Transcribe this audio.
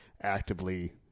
actively